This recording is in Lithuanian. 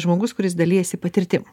žmogus kuris dalijasi patirtim